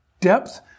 depth